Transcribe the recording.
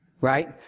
Right